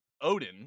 Odin